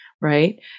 right